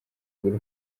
agura